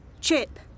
Chip